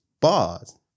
Bars